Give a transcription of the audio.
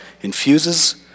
infuses